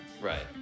Right